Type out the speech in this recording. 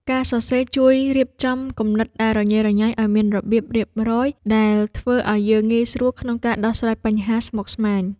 ការសរសេរជួយរៀបចំគំនិតដែលរញ៉េរញ៉ៃឱ្យមានរបៀបរៀបរយ ដែលធ្វើឱ្យយើងងាយស្រួលក្នុងការដោះស្រាយបញ្ហាស្មុគស្មាញ។